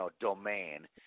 domain